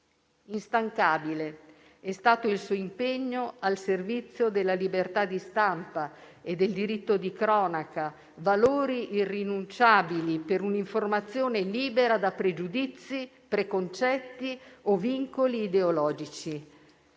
Instancabile è stato il suo impegno al servizio della libertà di stampa e del diritto di cronaca, valori irrinunciabili per un'informazione libera da pregiudizi, preconcetti o vincoli ideologici.